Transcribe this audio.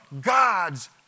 God's